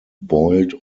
boiled